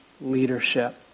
leadership